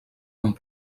amb